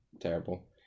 terrible